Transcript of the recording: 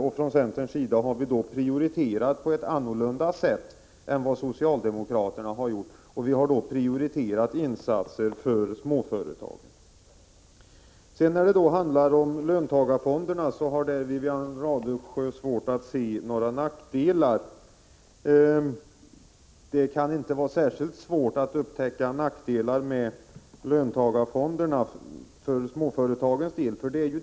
Vi har från centerns sida prioriterat på ett annat sätt än socialdemokraterna. Vi har prioriterat insatser för småföretagen. Wivi-Anne Radesjö har svårt att se några nackdelar med löntagarfonderna. Det kan inte vara särskilt svårt att upptäcka nackdelarna för småföreta Prot. 1985/86:124 gen.